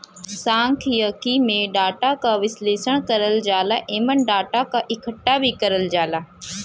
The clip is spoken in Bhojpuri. सांख्यिकी में डाटा क विश्लेषण करल जाला एमन डाटा क इकठ्ठा भी करल जाला